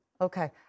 Okay